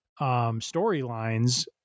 storylines